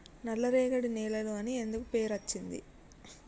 నల్లరేగడి నేలలు అని ఎందుకు పేరు అచ్చింది?